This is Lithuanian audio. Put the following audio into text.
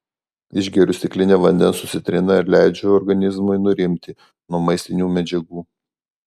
išgeriu stiklinę vandens su citrina ir leidžiu organizmui nurimti nuo maistinių medžiagų